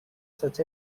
such